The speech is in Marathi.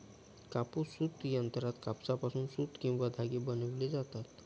कापूस सूत यंत्रात कापसापासून सूत किंवा धागे बनविले जातात